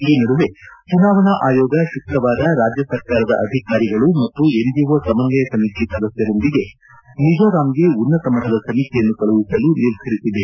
ಈ ನಡುವೆ ಚುನಾವಣಾ ಆಯೋಗ ಶುಕ್ರವಾರ ರಾಜ್ಯ ಸರ್ಕಾರದ ಅಧಿಕಾರಿಗಳು ಮತ್ತು ಎನ್ಜಿಒ ಸಮನ್ನಯ ಸಮಿತಿ ಸದಸ್ಯರೊಂದಿಗೆ ಮಿಜೋರಾಂಗೆ ಉನ್ನತ ಮಟ್ಟದ ಸಮಿತಿಯನ್ನು ಕಳುಹಿಸಲು ನಿರ್ಧರಿಸಿದೆ